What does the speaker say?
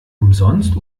umsonst